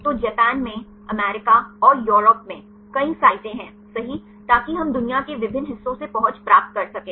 तो जापान में अमेरिका और यूरोप में कई साइटें हैं सही ताकि हम दुनिया के विभिन्न हिस्सों से पहुंच प्राप्त कर सकें